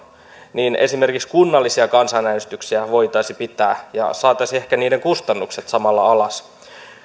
niin esimerkiksi kunnallisia kansanäänestyksiä voitaisiin pitää ja saataisiin ehkä niiden kustannukset samalla alas